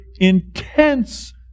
intense